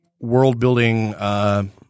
world-building –